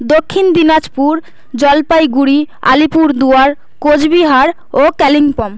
দক্ষিণ দিনাজপুর জলপাইগুড়ি আলিপুরদুয়ার কোচবিহার ও কালিম্পং